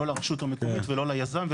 לא לרשות המקומית ולא ליזם.